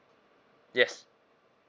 yes